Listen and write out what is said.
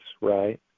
right